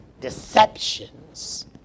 deceptions